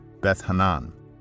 Beth-Hanan